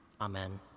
Amen